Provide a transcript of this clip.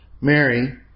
Mary